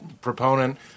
proponent